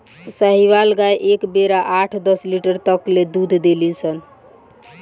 साहीवाल गाय एक बेरा आठ दस लीटर तक ले दूध देली सन